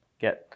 get